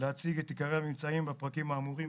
להציג את עיקרי הממצאים בפרקים האמורים,